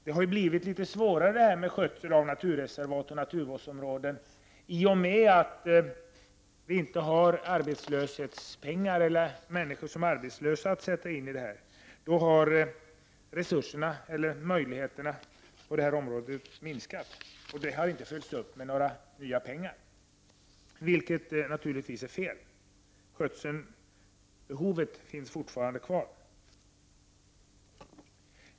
Det har blivit litet svårare att sköta naturreservat och naturvårdsområden i och med att vi inte har t.ex. arbetslösa människor att sätta in. Då har möjligheterna på detta området minskat. Det har inte heller anslagits mer pengar, vilket naturligtvis är fel. Skötselbehovet finns fortfarande kvar.